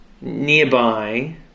nearby